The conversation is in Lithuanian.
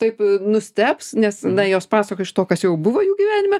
taip nustebs nes na jos pasakojo iš to kas jau buvo jų gyvenime